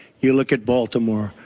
you look at baltimore,